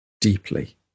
deeply